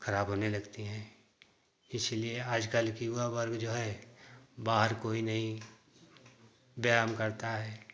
खराब होने लगती हैं इसीलिए आज कल युवा वर्ग जो हैं बाहर कोई नहीं व्यायाम करता है